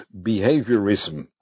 behaviorism